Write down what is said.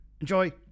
enjoy